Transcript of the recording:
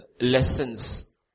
lessons